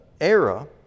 era